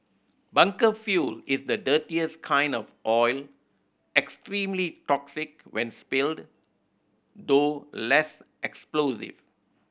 bunker fuel is the dirtiest kind of oil extremely toxic when spilled though less explosive